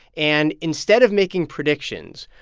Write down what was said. and instead of making predictions,